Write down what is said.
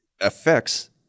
affects